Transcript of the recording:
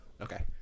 Okay